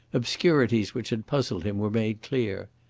obscurities which had puzzled him were made clear.